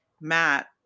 Matt